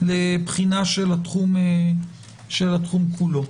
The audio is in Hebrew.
לבחינת התחום כולו.